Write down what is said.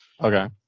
Okay